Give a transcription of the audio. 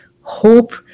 Hope